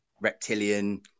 reptilian